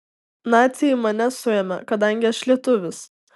naciai mane suėmė kadangi aš lietuvis